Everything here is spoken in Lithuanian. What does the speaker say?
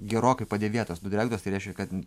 gerokai padėvėtos nudrengtos tai reiškia kad